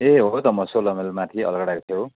ए हो त म सोह् माइल माथि अलगडाको छेउ